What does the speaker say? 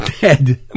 dead